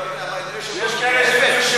אמרתי את זה לשבחו.